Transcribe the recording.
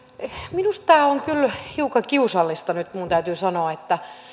minusta tämä on kyllä hiukan kiusallista minun täytyy sanoa